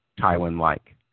Tywin-like